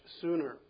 sooner